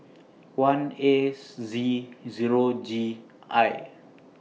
one Ace Z Zero G I